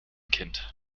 kind